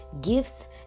gifts